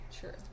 Sure